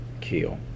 kill